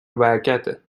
برکته